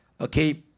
okay